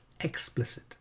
explicit